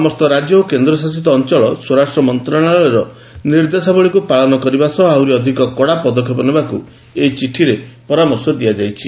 ସମସ୍ତ ରାଜ୍ୟ ଓ କେନ୍ଦ୍ରଶାସିତ ଅଞ୍ଚଳ ସ୍ୱରାଷ୍ଟ୍ର ମନ୍ତ୍ରଣାଳୟର ନିର୍ଦ୍ଦେଶାବଳୀକୁ ପାଳନ କରିବା ସହ ଆହୁରି ଅଧିକ କଡ଼ା ପଦକ୍ଷେପ ନେବାକୁ ଏହି ଚିଠିରେ ପରାମର୍ଶ ଦିଆଯାଇଛି